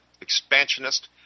expansionist